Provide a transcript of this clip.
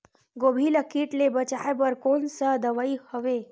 गोभी ल कीट ले बचाय बर कोन सा दवाई हवे?